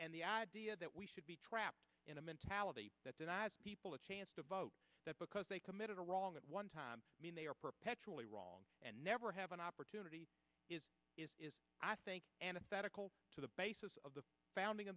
and the idea that we should be trapped in a mentality that denies people a chance to vote that because they committed a wrong at one time i mean they are perpetually wrong and never have an opportunity is is is i think anaesthetic to the basis of the founding